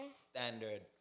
standard